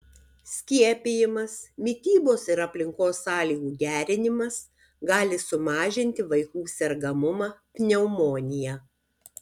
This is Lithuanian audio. skiepijimas mitybos ir aplinkos sąlygų gerinimas gali sumažinti vaikų sergamumą pneumonija